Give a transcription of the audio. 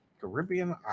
Caribbean